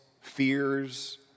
fears